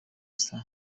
stars